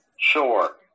Sure